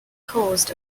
caused